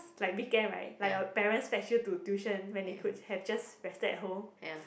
like weekend right like your parents fetch you to tuition when they could have just rested at home